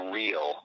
real